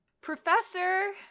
Professor